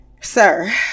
sir